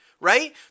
Right